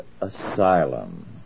asylum